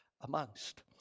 amongst